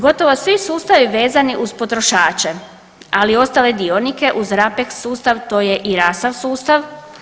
Gotovo svi sustavi vezani uz potrošače ali i ostale dionike uz RAPEX sustav to je i …/nerazumljivo/… sustav.